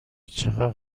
چقدر